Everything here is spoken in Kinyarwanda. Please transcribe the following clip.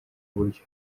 buryo